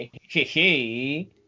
Hey